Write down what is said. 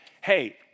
Hey